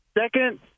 second